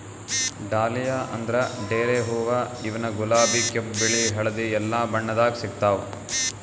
dahlia ಅಂದ್ರ ಡೇರೆ ಹೂವಾ ಇವ್ನು ಗುಲಾಬಿ ಕೆಂಪ್ ಬಿಳಿ ಹಳ್ದಿ ಎಲ್ಲಾ ಬಣ್ಣದಾಗ್ ಸಿಗ್ತಾವ್